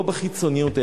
לא בחיצוניות,